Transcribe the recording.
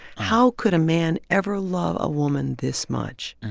how could a man ever love a woman this much?